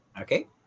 Okay